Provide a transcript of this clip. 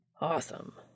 Awesome